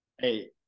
hey